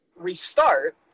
restart